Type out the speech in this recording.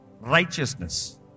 righteousness